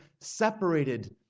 separated